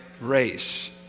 race